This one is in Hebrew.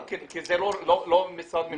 עבד אל חכים חאג' יחיא (הרשימה המשותפת): כי זה לא משרד ממשלתי?